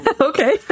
okay